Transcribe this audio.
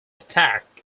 attack